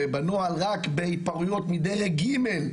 שבנוהל רק בהתפרעויות מדרג ג',